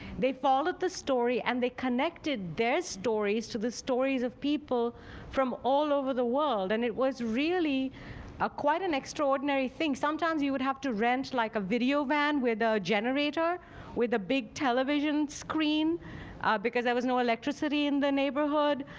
they followed the story and they connected their stories to the stories of people from all over the world. and it was really ah quite an extraordinary thing. sometimes you would have to rent like a video van with a generator with a big television screen because there was no electricity in the neighborhood,